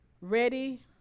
ready